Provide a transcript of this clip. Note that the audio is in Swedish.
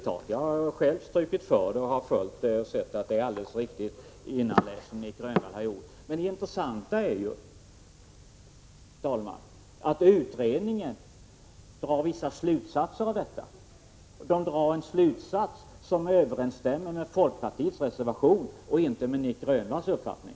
Jag har själv strukit för det, följt det och sett att Nic Grönvall läst innantill helt riktigt. Men det intressanta är ju, herr talman, att utredningen drar vissa slutsatser av detta. Man drar en slutsats som överensstämmer med folkpartiets reservation och inte med Nic Grönvalls uppfattning.